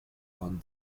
worden